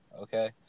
Okay